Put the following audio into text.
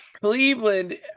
Cleveland